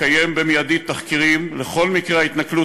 לקיים מייד תחקירים על כל מקרי ההתנכלות,